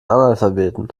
analphabeten